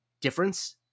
difference